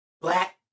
black